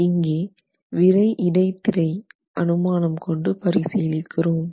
இங்கே விறை இடைத்திரை அனுமானம் கொண்டு பரிசீலிக்கிறோம்